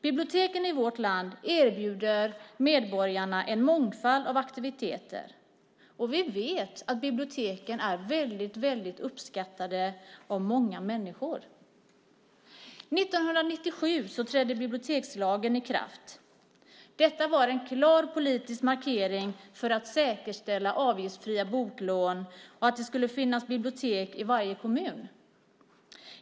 Biblioteken i vårt land erbjuder medborgarna en mångfald av aktiviteter, och vi vet att biblioteken är uppskattade av många människor. År 1997 trädde bibliotekslagen i kraft. Detta var en klar politisk markering för att säkerställa avgiftsfria boklån och att det skulle finnas bibliotek i varje kommun.